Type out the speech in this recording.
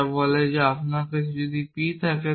যা বলে যে যদি আপনার কাছে p থাকে